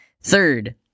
Third